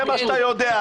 זה מה שאתה יודע.